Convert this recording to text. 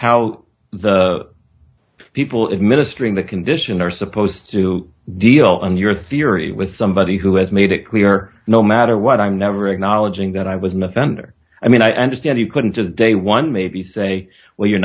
how the people of ministry in the condition are supposed to deal in your theory with somebody who has made it clear no matter what i'm never acknowledging that i was an offender i mean i understand you couldn't just day one maybe say well you're